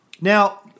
Now